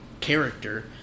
character